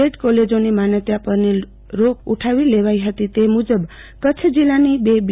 add કોલેજોની માન્યતા પરથી રોક ઉઠાવી લેવાઈ ફતી તે મુજબ કચ્છ જિલ્લાની બે બી